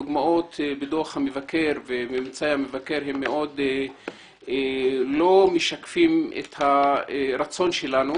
הדוגמאות בדוח ובממצאי המבקר הן מאוד לא משקפות את הרצון שלנו